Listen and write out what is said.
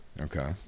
Okay